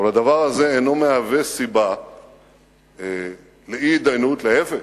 אבל הדבר הזה לא מהווה סיבה לאי-התדיינות, להיפך,